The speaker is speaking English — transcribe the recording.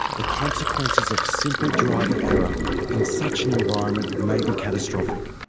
the consequences of simple driver error in such an environment, may be catastrophic.